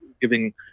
giving